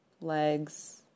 legs